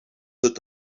wird